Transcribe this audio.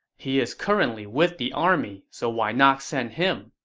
he is currently with the army, so why not send him?